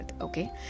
okay